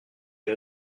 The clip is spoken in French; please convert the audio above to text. les